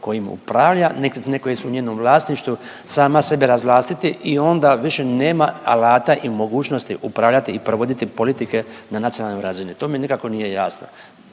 kojim upravlja, nekretnine koje su njenom vlasništvu sama sebe razvlastiti i onda više nema alata i mogućnosti upravljati i provoditi politike na nacionalnoj razini. To mi nikako nije jasno.